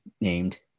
named